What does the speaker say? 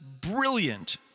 brilliant